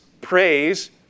praise